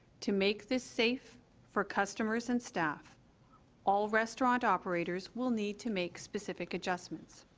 to make this safe for customers and staff all restaurant operators will need to make specific adjustments